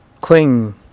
cling